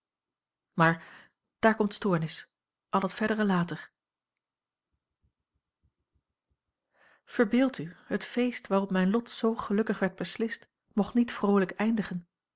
maar daar komt stoornis al het verdere later verbeeld u het feest waarop mijn lot zoo gelukkig werd beslist mocht niet vroolijk eindigen